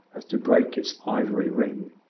as to break its ivory ring.